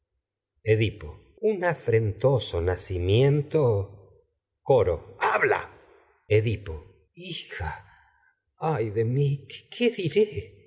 edipo qué es eso un afrentoso nacimiento coro habla edipo hija ay de mi qué diré